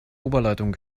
oberleitung